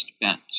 bent